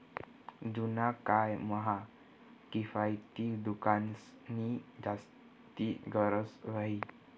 जुना काय म्हा किफायती दुकानेंसनी जास्ती गरज व्हती